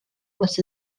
was